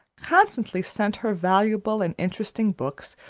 constantly sent her valuable and interesting books,